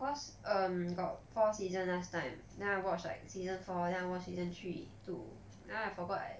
cause um got four season last time then I watch like season four then I watch season three two then I forgot I